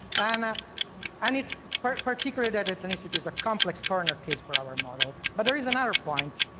and ah and it's but particular that ethnicity is a complex corner case for our model. but there is another point.